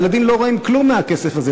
הילדים לא רואים כלום מהכסף הזה.